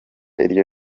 iryo